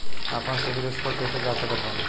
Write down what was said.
आपन CIBIL score कैसे जांच सकत बानी?